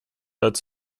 als